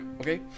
okay